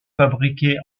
fabriqué